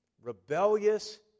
rebellious